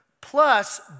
Plus